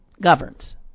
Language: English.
governs